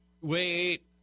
Wait